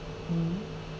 mm